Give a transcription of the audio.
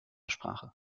sprache